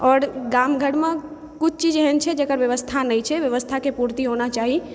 आओर गाम घरमे किछु चीज एहन छै जेकर व्यवस्था नहि छै व्यवस्था के पूर्ति होना चाही